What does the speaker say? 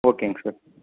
ஓகேங்க சார்